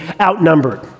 outnumbered